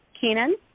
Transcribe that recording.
Kenan